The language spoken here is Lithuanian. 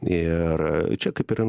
ir čia kaip ir